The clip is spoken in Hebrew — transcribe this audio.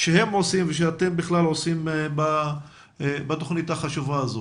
שהם עושים, שאתם בכלל עושים בתוכנית החשובה הזו.